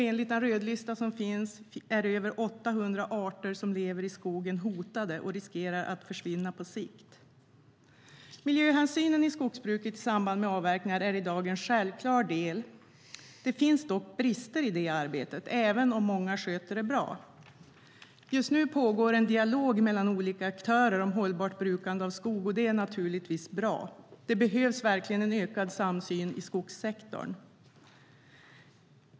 Enligt den rödlista som finns är över 800 arter som lever i skogen hotade och riskerar att försvinna på sikt. Miljöhänsynen i skogsbruket i samband med avverkningar är i dag en självklar del. Det finns dock brister i det arbetet, även om många sköter det bra. Just nu pågår en dialog mellan olika aktörer om hållbart brukande av skog, och det är naturligtvis bra. Det behövs verkligen en ökad samsyn i skogssektorn.